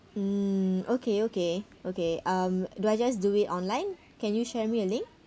mm okay okay okay um do I just do it online can you share me a link